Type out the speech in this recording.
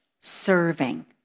serving